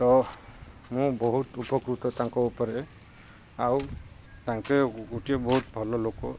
ତ ମୁଁ ବହୁତ ଉପକୃତ ତା'ଙ୍କ ଉପରେ ଆଉ ତାଙ୍କେ ଗୋଟିଏ ବହୁତ ଭଲ ଲୋକ